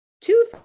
Two